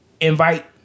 invite